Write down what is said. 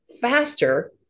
faster